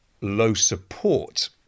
low-support